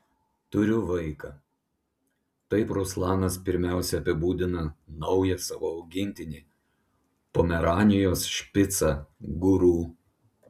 turiu vaiką taip ruslanas pirmiausia apibūdina naują savo augintinį pomeranijos špicą guru